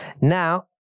Now